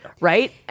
right